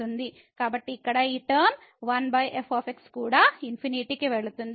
కాబట్టి ఇక్కడ ఈ టర్మ 1f కూడా ∞ కి వెళుతుంది